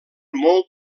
molt